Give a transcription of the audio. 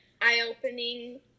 eye-opening